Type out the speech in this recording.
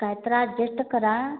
काहीतरी ॲडजस्ट करा